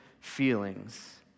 feelings